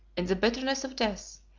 in the bitterness of death,